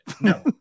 No